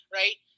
right